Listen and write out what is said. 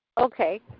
Okay